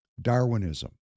Darwinism